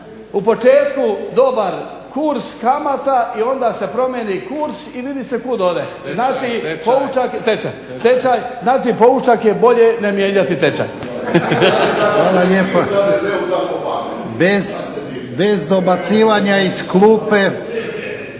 Hvala lijepa. Bez dobacivanja iz klupe.